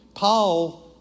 Paul